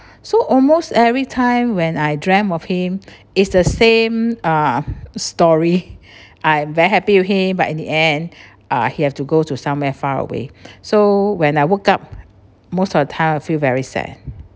so almost every time when I dreamt of him is the same uh story I very happy with him but in the end uh he have to go to somewhere far away so when I woke up most of the time I feel very sad